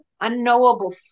unknowable